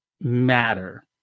matter